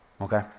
okay